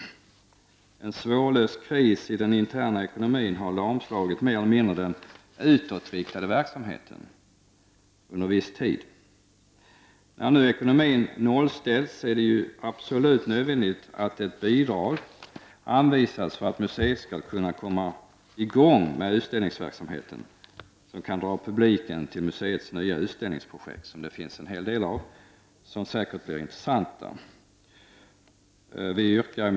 En svårlöst kris i den interna ekonomin har mer eller mindre lamslagit den utåtriktade verksamheten under viss tid. När nu ekonomin nollställts är det absolut nödvändigt att ett bidrag anvisas för att museet skall kunna komma i gång med utställningsverksamhet som kan dra publiken till museets nya utställningsprojekt, vilkas antal inte är litet och vilka säkerligen kommer att vara intressanta.